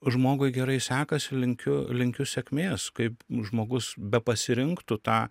žmogui gerai sekasi linkiu linkiu sėkmės kaip žmogus bepasirinktų tą